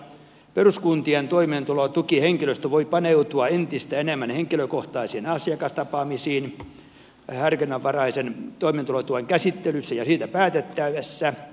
peruskuntien toimeentulotukihenkilöstö voi paneutua entistä enemmän henkilökohtaisiin asiakastapaamisiin harkinnanvaraisen toimeentulotuen käsittelyssä ja siitä päätettäessä